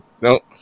nope